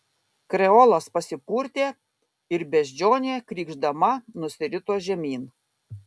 kreolas pasipurtė ir beždžionė krykšdama nusirito žemyn